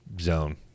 zone